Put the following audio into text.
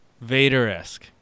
vader-esque